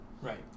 Right